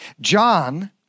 John